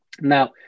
Now